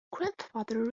grandfather